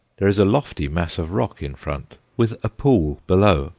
there is a lofty mass of rock in front, with a pool below,